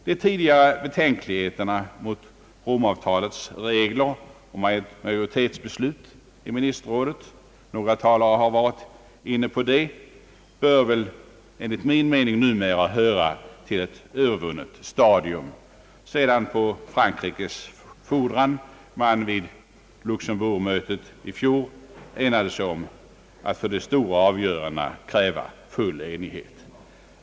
De tidigare betänkligheterna mot Romavtalets regler om majoritetsbeslut i ministerrådet — några talare har varit inne på det — bör enligt min mening numera vara ett övervunnet stadium sedan man vid Luxemburgmötet i fjol på rankrikes krav enade sig om att för de stora avgörandena tills vidare kräva full enighet.